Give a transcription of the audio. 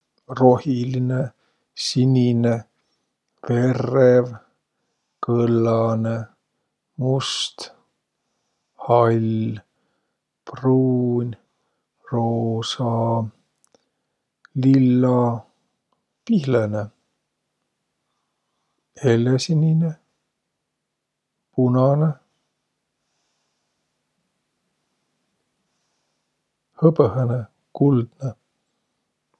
Rohilinõ, sinine, verrev, kõllanõ, must, hall, pruun, roosa, lilla, pihlõnõ, hellesinine, punanõ, hõbõhõnõ, kuldnõ.